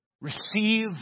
receive